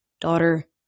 daughter